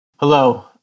Hello